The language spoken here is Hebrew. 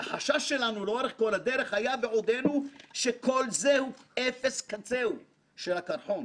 החשש שלנו לאורך כל הדרך היה ועודנו שכל זה הוא אפס קצהו של הקרחון.